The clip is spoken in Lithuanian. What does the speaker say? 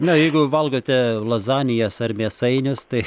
na jeigu valgote lazanijas ar mėsainius tai